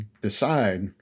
decide